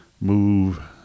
move